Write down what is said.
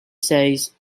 says